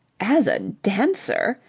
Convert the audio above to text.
as a dancer!